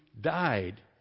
died